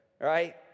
right